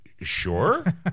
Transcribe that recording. sure